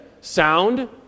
sound